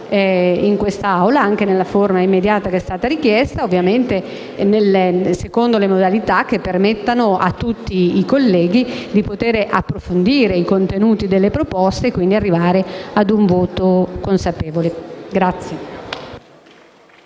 in quest'Assemblea, anche nella forma immediata che è stata richiesta, ovviamente secondo modalità che permettano a tutti i colleghi di poter approfondire i contenuti delle proposte e di arrivare quindi ad un voto consapevole.